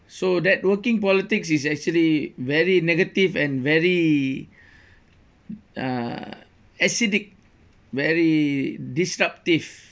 so that working politics is actually very negative and very uh acidic very disruptive